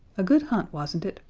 a good hunt, wasn't it?